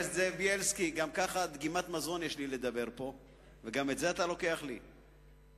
אני רק מקווה שמדיניות הפנים לא תהיה כמו מדיניות החוץ.